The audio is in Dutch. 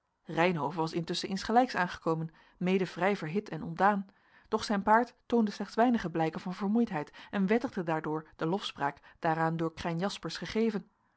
reynhove was intusschen insgelijks aangekomen mede vrij verhit en ontdaan doch zijn paard toonde slechts weinige blijken van vermoeidheid en wettigde daardoor de lofspraak daaraan door krijn jaspersz gegeven